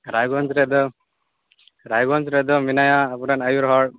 ᱨᱟᱭᱜᱚᱧᱡᱽ ᱨᱮᱫᱚ ᱨᱟᱭᱜᱚᱧᱡᱽ ᱨᱮᱫᱚ ᱢᱮᱱᱟᱭᱟ ᱟᱵᱚᱨᱮᱱ ᱟᱹᱭᱩᱨ ᱦᱚᱲ